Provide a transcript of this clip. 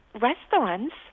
restaurants